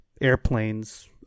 airplanes